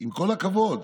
כל הכבוד,